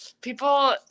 people